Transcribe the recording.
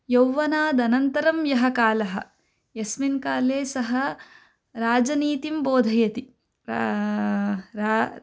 यौवनादनन्तरं यः कालः यस्मिन् काले सः राजनीतिं बोधयति रा